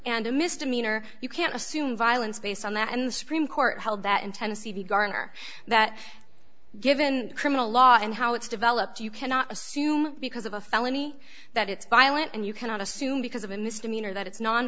and a misdemeanor you can't assume violence based on that and the supreme court held that in tennessee v garner that given criminal law and how it's developed you cannot assume because of a felony that it's violent and you cannot assume because of a misdemeanor that it's non